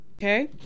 okay